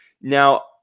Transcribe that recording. Now